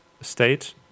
state